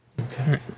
okay